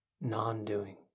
non-doing